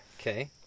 Okay